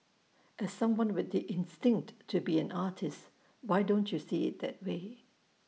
as someone with the instinct to be an artist why don't you see IT that way